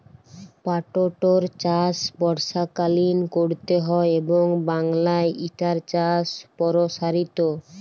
পাটটর চাষ বর্ষাকালীন ক্যরতে হয় এবং বাংলায় ইটার চাষ পরসারিত